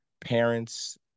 parents